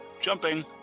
Jumping